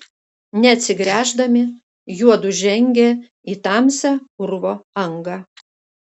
neatsigręždami juodu žengė į tamsią urvo angą